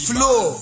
Flow